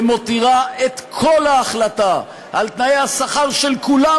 ומותירה את כל ההחלטה על תנאי השכר של כולם,